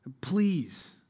Please